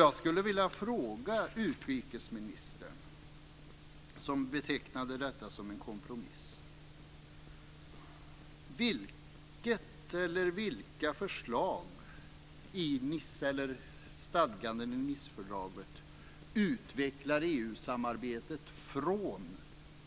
Jag skulle vilja fråga utrikesministern, som betecknade Nicefördraget som en kompromiss, vilket eller vilka stadganden i Nicefördraget som utvecklar EU-samarbetet från